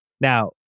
Now